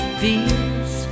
feels